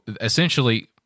essentially